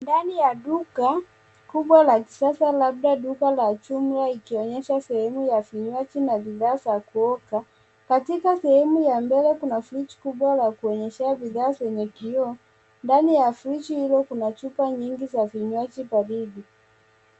Ndani ya duka kubwa la kisasa labda duka la jumla ikionyesha sehemu ya vinywaji na bidhaa za kuoka . Katika sehemu ya mbele kuna fridge kubwa la kuonyeshea bidhaa kwenye kioo. Ndani ya friji hiyo kuna chupa nyingi za vinywaji baridi .